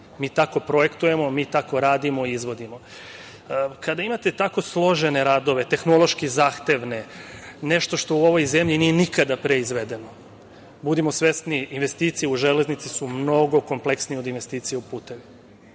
Mi tako projektujemo, mi tako radimo i izvodimo. Kada imate tako složene radove, tehnološki zahtevne, nešto što u ovoj zemlji nije nikada pre izvedeno, budimo svesni, investicije u železnici su mnogo kompleksnije od investicija u putevima.